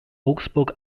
augsburg